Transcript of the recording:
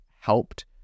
helped